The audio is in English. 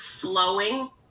flowing